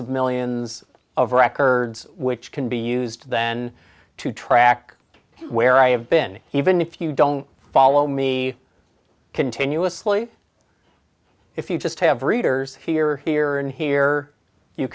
of millions of records which can be used then to track where i have been even if you don't follow me continuously if you just have readers here here and here you